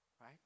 right